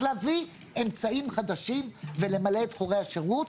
להביא אמצעים חדשים ולמלא את חורי השירות,